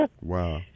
Wow